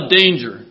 danger